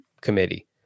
committee